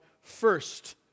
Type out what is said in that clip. first